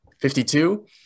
52